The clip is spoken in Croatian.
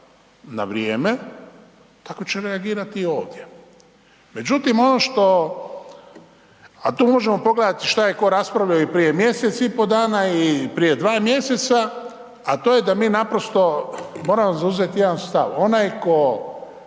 na vrijeme, tako će reagirati i ovdje. Međutim, ono što, a tu možemo pogledati što je tko raspravljao i prije mjesec i pol dana i prije 2 mjeseca, a to je da mi naprosto moramo zauzeti jedan stav. Onaj tko